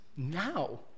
now